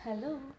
Hello